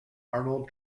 arnold